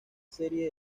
serie